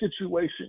situation